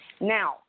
Now